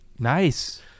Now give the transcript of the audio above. nice